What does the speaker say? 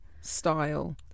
style